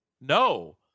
No